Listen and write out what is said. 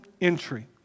entry